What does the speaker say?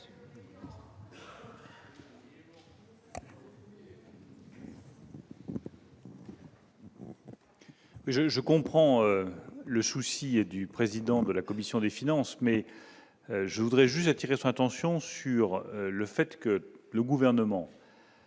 Je comprends le souci du président de la commission des finances, mais je voudrais attirer son attention sur le fait que le Gouvernement